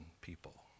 people